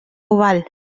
oval